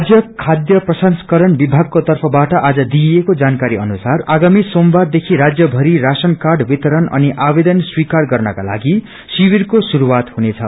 राञ्च खाथ्य प्रसंस्करण विभागको तर्फबाट आज दिइएको जानकारी अनुसार आगामी सोमबार देखि राज्यमरि राशन कार्ड वितरण अनि आवेदन स्वीकार गर्नकालागि शिविरको शुरूआत हुनेछ